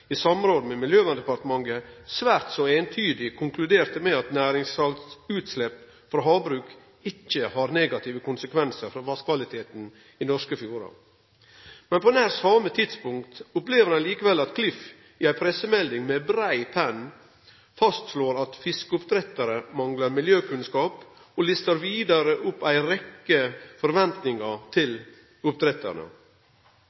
i samråd med Miljøverndepartementet svært så eintydig konkluderte med at næringssaltutslepp frå havbruk ikkje har negative konsekvensar for vasskvaliteten i norske fjordar. På nær same tidspunkt opplever ein likevel at Klima- og forureiningsdirektoratet i ei pressemelding med brei penn fastslår at fiskeoppdrettarar manglar miljøkunnskap. Dei listar vidare opp ei rekkje forventningar til